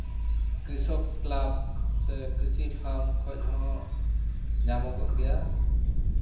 ᱠᱨᱤᱥᱚᱠ club ᱥᱮ ᱠᱨᱤᱥᱤ farm ᱠᱷᱚᱡ ᱦᱚᱸ ᱧᱟᱢᱚᱜᱚᱜ ᱜᱮᱭᱟ